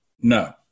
No